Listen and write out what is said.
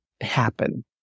happen